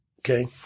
Okay